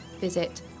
visit